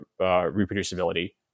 reproducibility